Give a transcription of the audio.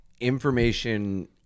Information